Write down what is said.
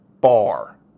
bar